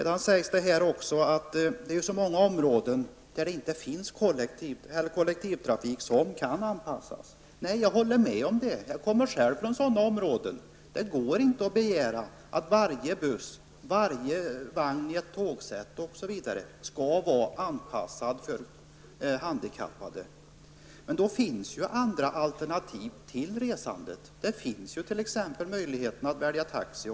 Det sägs här också att det finns många områden där kollektivtrafiken inte kan handikappanpassas. Jag håller med om det. Själv kommer jag från ett sådant område. Man kan inte begära att t.ex. varje buss eller varje vagn i ett tågsätt skall vara anpassad för handikappade. Men det finns ju andra alternativ. Det är ju t.ex. möjligt att ta taxi.